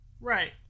Right